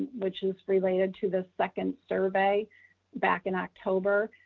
which is related to the second survey back in october,